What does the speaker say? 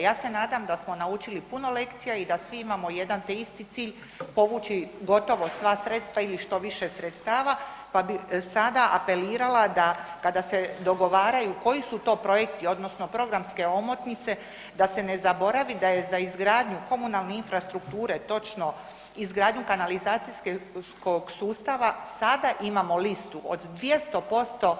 Ja se nadam da smo naučili puno lekcija i da svi imamo jedan te isti cilj povući gotovo sva sredstva ili što više sredstava, pa bi sada apelirala da kada se dogovaraju koji su to projekti odnosno programske omotnice da se ne zaboravi da je za izgradnju komunalne infrastrukture, točno izgradnju kanalizacijskog sustava, sada imamo listu od 200%